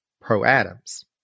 pro-Adams